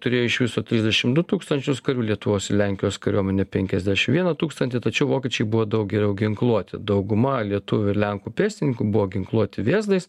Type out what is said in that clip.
turėjo iš viso trisdešim du tūkstančius karių lietuvos i lenkijos kariuomenė penkiasdešim vieną tūkstantį tačiau vokiečiai buvo daug geriau ginkluoti dauguma lietuvių ir lenkų pėstininkų buvo ginkluoti vėzdais